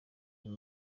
uyu